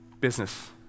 business